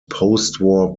postwar